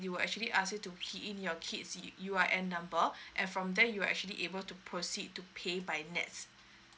they will actually ask you to key in your kid's U I N number and from there you'll actually able to proceed to pay by nets